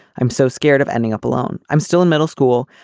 i'm so scared of ending up alone. i'm still in middle school.